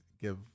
Give